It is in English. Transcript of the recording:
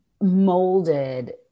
molded